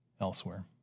elsewhere